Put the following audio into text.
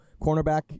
cornerback